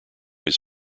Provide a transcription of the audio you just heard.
his